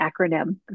acronym